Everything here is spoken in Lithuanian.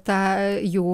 ta jų